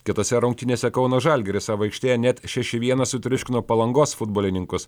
kitose rungtynėse kauno žalgiris savo aikštėje net šeši vienas sutriuškino palangos futbolininkus